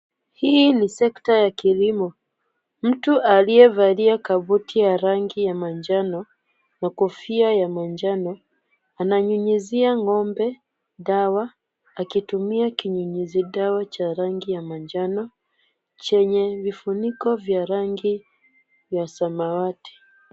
Hii ni sekta ya kilimo. Mtu aliyevalia kabuti ya rangi ya manjano na kofia ya manjano, ananyunyuzia ng'ombe dawa akitumia kinyunyuzi dawa cha rangi ya manjano chenye vifuniko vya rangi ya samawati.